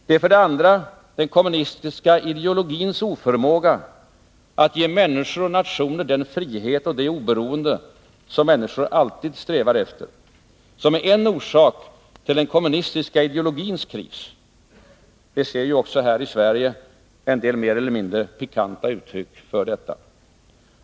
Det är för det andra den kommunistiska ideologins oförmåga att ge människor och nationer den frihet och det oberoende som människor alltid strävar efter som är en orsak till den kommunistiska ideologins kris. Vi ser ju också här i Sverige en del mer eller mindre pikanta uttryck för detta.